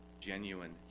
Genuine